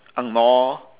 angmoh